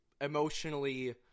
emotionally